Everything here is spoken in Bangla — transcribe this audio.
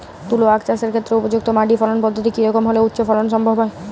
তুলো আঁখ চাষের ক্ষেত্রে উপযুক্ত মাটি ফলন পদ্ধতি কী রকম হলে উচ্চ ফলন সম্ভব হবে?